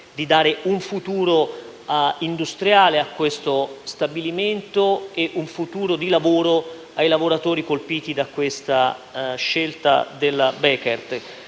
di dare un futuro industriale a questo stabilimento e lavoro ai lavoratori colpiti dalla scelta della Bekaert.